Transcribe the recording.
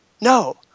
No